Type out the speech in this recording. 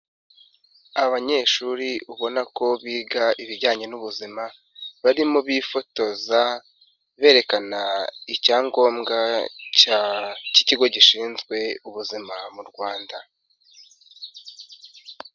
Abanyeshuri basa nk'abanyeshuri biga ibijyanye n'ubuzima barimo bifotoza berekana icyangombwa cy'ikigo gishinzwe ubuzima mu Rwanda.